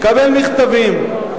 מקבל מכתבים.